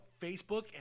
Facebook